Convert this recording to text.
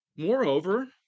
Moreover